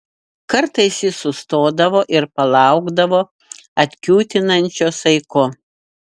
kartais jis sustodavo ir palaukdavo atkiūtinančio saiko